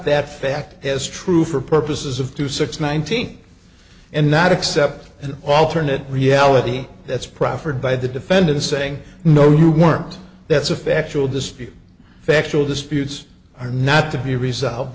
that fact as true for purposes of two six nineteen and not accept an alternate reality that's proffered by the defendant saying no you weren't that's a factual dispute factual disputes are not to be resolved